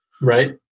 Right